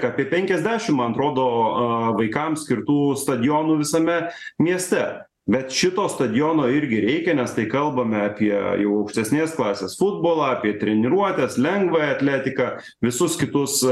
apie penkiasdešimt man atrodo a vaikams skirtų stadionų visame mieste bet šito stadiono irgi reikia nes tai kalbame apie jau aukštesnės klasės futbolą apie treniruotes lengvąją atletiką visus kitus